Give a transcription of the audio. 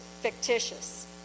fictitious